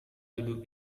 duduk